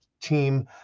team